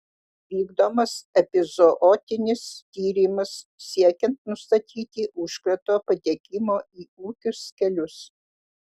vykdomas epizootinis tyrimas siekiant nustatyti užkrato patekimo į ūkius kelius